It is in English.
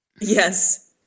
Yes